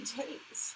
days